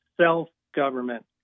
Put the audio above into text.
self-government